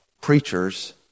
preachers